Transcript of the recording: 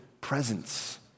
presence